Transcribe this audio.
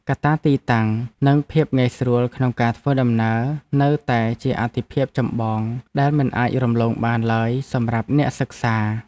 កត្តាទីតាំង និងភាពងាយស្រួលក្នុងការធ្វើដំណើរនៅតែជាអាទិភាពចម្បងដែលមិនអាចរំលងបានឡើយសម្រាប់អ្នកសិក្សា។